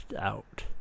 out